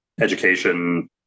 education